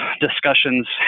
discussions